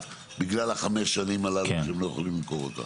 בגלל חמש השנים הללו שהם לא יכולים למכור אותה.